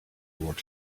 what